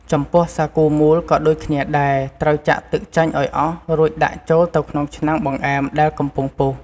ចំពោះសាគូមូលក៏ដូចគ្នាដែរ ត្រូវចាក់ទឹកចេញឱ្យអស់ រួចដាក់ចូលទៅក្នុងឆ្នាំងបង្អែមដែលកំពុងពុះ។